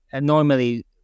normally